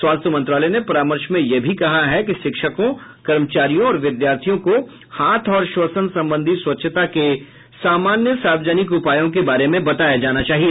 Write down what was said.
स्वास्थ्य मंत्रालय ने परामर्श में यह भी कहा है कि शिक्षकों कर्मचारियों और विद्यार्थियों को हाथ और श्वसन संबंधी स्वच्छता के सामान्य सार्वजनिक उपायों के बारे में बताया जाना चाहिए